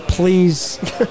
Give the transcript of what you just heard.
Please